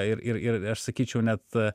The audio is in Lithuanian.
ir ir ir aš sakyčiau net